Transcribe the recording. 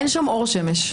אין שם אור שמש.